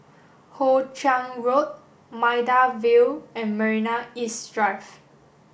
Hoe Chiang Road Maida Vale and Marina East Drive